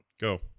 go